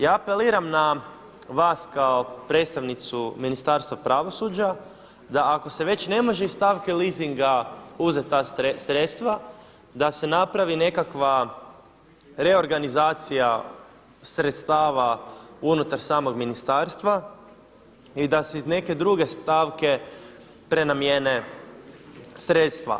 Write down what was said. Ja apeliram na vas kao predstavnicu Ministarstva pravosuđa, da ako se već ne može iz stavke leasinga ne mogu uzeti ta sredstva, da se napravi nekakva reorganizacija sredstava unutar samog ministarstva i da se iz neke druge stavke prenamijene sredstva.